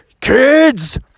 Kids